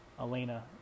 Elena